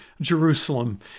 Jerusalem